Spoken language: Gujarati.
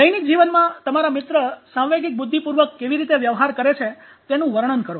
દૈનિક જીવનમાં તમારા મિત્ર સાંવેગિક બુદ્ધિ પૂર્વક કેવી રીતે વ્યવહાર કરે છે તેનું વર્ણન કરો